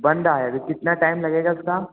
बन रहा है अभी कितना टाइम लगेगा उसका